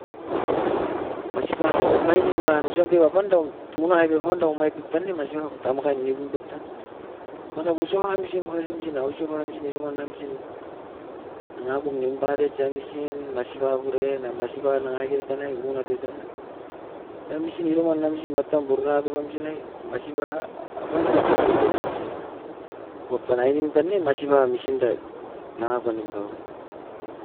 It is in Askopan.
Masi ka omainim ban osam pep apan dam tunai pep panda omaim pep tan ne masipabut tamakai nimpu pep tan ne. Mana buso uamisim makasimsin ausoba misin isoan amisin nangapum nimpadet junction masibabure na masiba nangakera tanai unat toutana, na misin iroan na misim matam burara tou wamsin nai masipa apan tan kekete naisi waptan ainemin tan ne masipa misinda nangako nimpau.